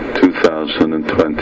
2020